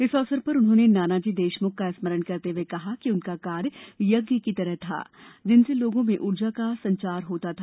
इस अवसर पर उन्होंने नानाजी देशमुख का स्मरण करते हुए कहा कि उनका कार्य यज्ञ की तरह था जिनसे लोगो में ऊर्जा का संचार होता था